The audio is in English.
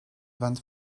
went